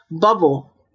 bubble